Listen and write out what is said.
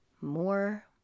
more